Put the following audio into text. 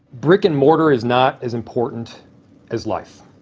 brick and mortar is not as important as life.